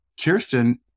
Kirsten